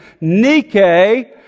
Nike